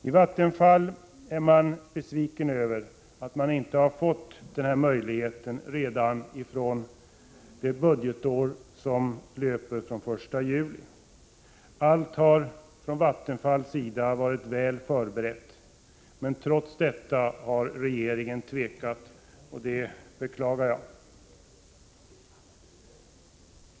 Inom Vattenfall är man besviken över att man inte har fått möjlighet att tillämpa denna princip redan från det budgetår som börjar löpa den 1 juli 1987. Allt har från Vattenfalls sida varit väl förberett, men trots detta har regeringen tvekat, och det beklagar jag.